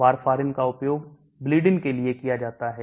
warfarin का उपयोग bleedin के लिए किया जाता है